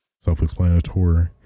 self-explanatory